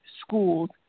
schools